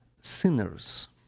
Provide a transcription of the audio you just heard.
sinners